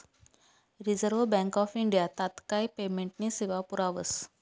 reserve Bank of India तात्काय पेमेंटनी सेवा पुरावस